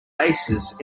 bases